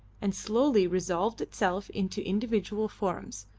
and slowly resolved itself into individual forms,